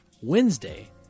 Wednesday